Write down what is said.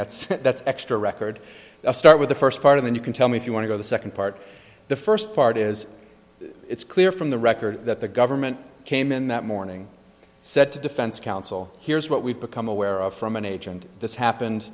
that's that's extra record i'll start with the first part of then you can tell me if you want to go the second part the first part is it's clear from the record that the government came in that morning said to defense counsel here's what we've become aware of from an agent this happened